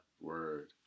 Word